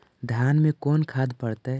धान मे कोन खाद पड़तै?